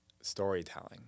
storytelling